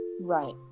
right